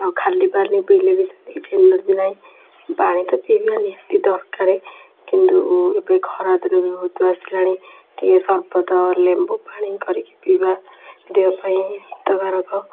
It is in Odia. ହଁ ଖାଲି ପାଣି ପିଇଲେବି ସେମିତି କିଛି ଏନର୍ଜି ନାହିଁ ପାଣି ତ ପିଇବା ନିହାତି ଦରକାରେ କିନ୍ତୁ ଏବେ ଖରାଦିନ ବି ବହୁତ ଆସିଲାଣି ଟିକେ ସର୍ବତ ଲେମ୍ବୁ ପାଣି କରିକି ପିଇବା ଦେହପାଇଁ ହିତକାରକ